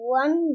one